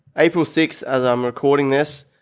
april six as i'm recording this